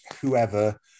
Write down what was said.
whoever